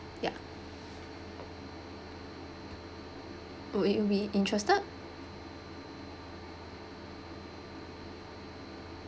ya would you be interested